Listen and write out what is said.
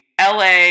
la